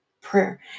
prayer